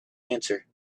answer